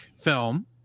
film